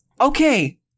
Okay